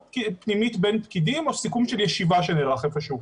פנימית בין פקידים או סיכום של ישיבה שנערכה איפשהו.